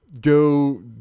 go